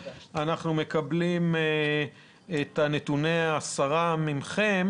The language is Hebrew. אנחנו מקבלים נתונים שלפיהם בסך כל הגרסאות של המגן 1